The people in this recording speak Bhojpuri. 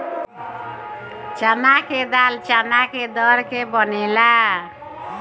चना के दाल चना के दर के बनेला